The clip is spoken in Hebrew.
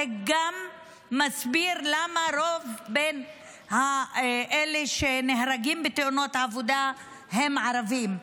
זה גם מסביר למה רוב אלה שנהרגים בתאונות העבודה הם ערבים.